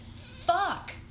fuck